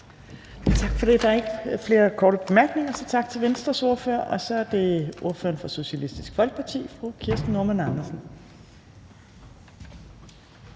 Tak for det. Der er ikke flere korte bemærkninger, så tak til Venstres ordfører. Og så er det ordføreren for Socialistisk Folkeparti, fru Kirsten Normann Andersen.